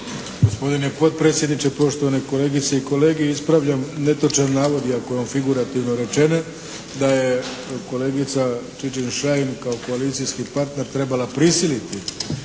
Gospodine potpredsjedniče, poštovane kolegice i kolege! Ispravljam netočan navod iako je on figurativno rečen, da je kolegica Čičin-Šain kao koalicijski partner trebala prisiliti